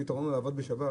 הפתרון הוא לעבוד בשבת?